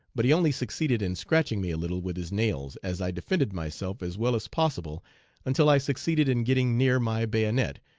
but he only succeeded in scratching me a little with his nails, as i defended myself as well as possible until i succeeded in getting near my bayonet,